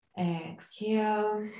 exhale